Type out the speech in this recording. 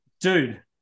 Dude